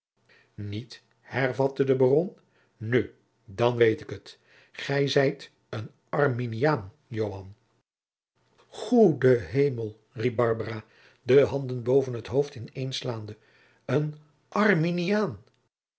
niet hervatte de baron nu dan weet ik het gij zijt een arminiaan joan goede hemel riep barbara de handen boven t hoofd in een slaande een arminiaan